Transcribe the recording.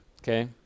Okay